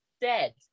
dead